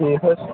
ٹھیٖک حظ